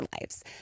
lives